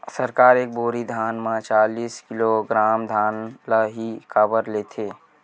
सरकार एक बोरी धान म चालीस किलोग्राम धान ल ही काबर लेथे?